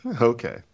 Okay